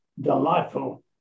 delightful